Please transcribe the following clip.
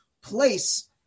place